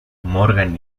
morgan